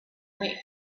wait